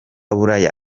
bulaya